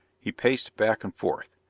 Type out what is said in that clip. he paced back and forth.